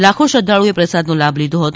લાખો શ્રદ્ધાળુઓએ પ્રસાદનો લાભ લીધો હતો